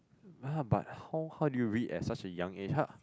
uh but how how do you read at such a young age how